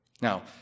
Now